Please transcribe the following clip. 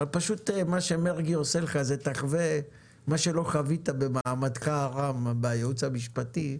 מה שחבר הכנסת מרגי עושה לך תחווה כשלא חווית במעמדך הרם בייעוץ המשפטי.